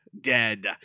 Dead